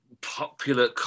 popular